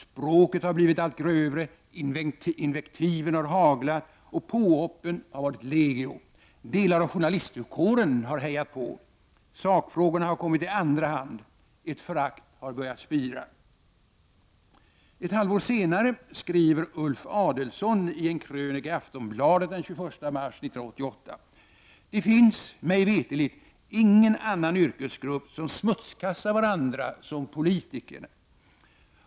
Språket har blivit allt grövre, invektiven har haglat och påhoppen har varit legio. Delar av journalistkåren har hejat på. Sakfrågorna har kommit i andra hand. Ett förakt har börjat spira.” Ett halvår senare skriver Ulf Adelsohn i en krönika i Aftonbladet den 21 mars 1988: ”Det finns, mig veterligt, ingen annan yrkesgrupp som smutskastar varandra som politiker.